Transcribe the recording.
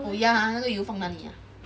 oh ya !huh! 那个油是放哪里啊